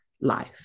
life